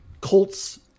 Colts